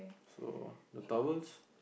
so the towels